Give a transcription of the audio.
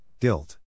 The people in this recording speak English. guilt